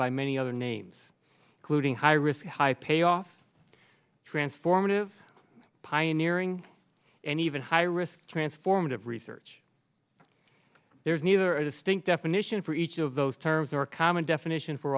by many other names including high risk high payoff transformative pioneering and even high risk transformative research there is neither a distinct definition for each of those terms or a common definition for